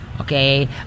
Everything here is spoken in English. Okay